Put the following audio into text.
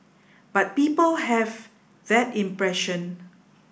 but people have that impression